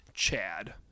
Chad